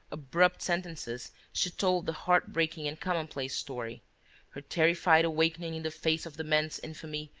abrupt sentences, she told the heartbreaking and commonplace story her terrified awakening in the face of the man's infamy,